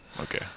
Okay